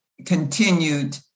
continued